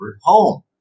home